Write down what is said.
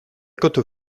cote